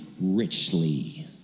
richly